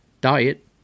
diet